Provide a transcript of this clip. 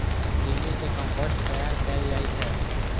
कृमि सं कंपोस्ट तैयार कैल जाइ छै